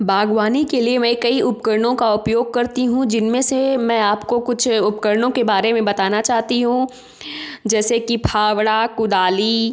बागवानी के लिए मैं कई उपकरणों का उपयोग करती हूँ जिनमें से मैं आपको कुछ उपकरणों के बारे में बताना चाहती हूँ जैसे कि फावड़ा कुदाली